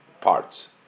parts